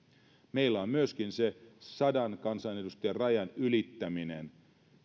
meillä on myöskin se sadan kansanedustajan rajan ylittäminen